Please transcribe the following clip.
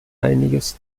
einiges